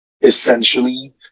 essentially